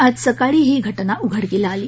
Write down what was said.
आज सकाळी ही घटना उघडकीला आली